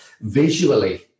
Visually